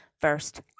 first